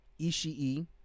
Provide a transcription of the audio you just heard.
Ishii